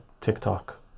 TikTok